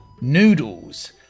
noodles